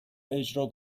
اجرا